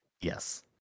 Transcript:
yes